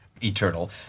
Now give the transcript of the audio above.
eternal